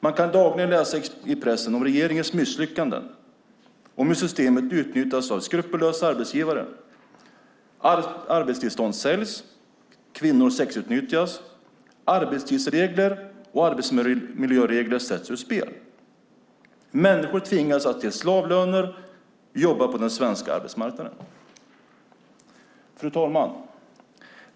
Man kan dagligen i pressen läsa om regeringens misslyckanden, om hur systemet utnyttjas av skrupelfria arbetsgivare, att arbetstillstånd säljs, kvinnor sexutnyttjas, arbetstids och arbetsmiljöregler sätts ur spel. Människor tvingas att till slavlöner jobba på den svenska arbetsmarknaden. Fru talman!